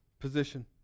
position